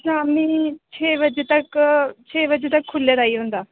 शामी छे बजे तक छे बजे तक खुल्ले दा ई होंदा